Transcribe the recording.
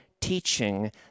teaching